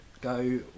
go